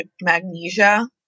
magnesia